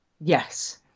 Yes